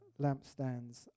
lampstands